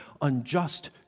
unjust